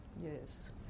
Yes